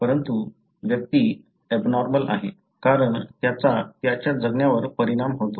परंतु ही व्यक्ती एबनॉर्मल आहे कारण त्याचा त्यांच्या जगण्यावर परिणाम होतो